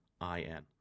I-N